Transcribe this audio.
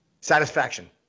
satisfaction